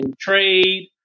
trade